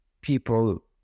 people